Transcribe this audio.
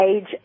age